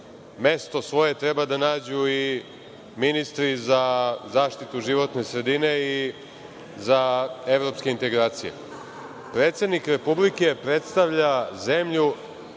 mesto svoje treba da nađu i ministri za zaštitu životne sredine i za evropske integracije. Predsednik Republike predstavlja zemlju,